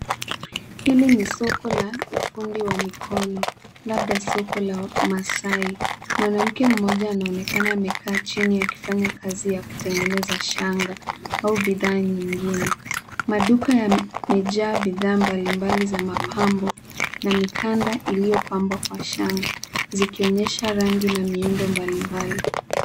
Hili ni soko la ufundi wa mkono, labda soko la maasai, mwanamke mmoja anaonekana amekaa chini akifanya kazi ya kutengeneza shanga au bidhaa nyingine. Maduka yamejaa bidhaa mbali mbali za mapambo na mikanda iliyopambwa kwa shanga zikionyesha rangi na miundo mbali mbali.